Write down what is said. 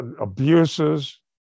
abuses